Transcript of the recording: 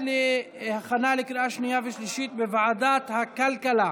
להכנה לקריאה שנייה ושלישית בוועדת הכלכלה.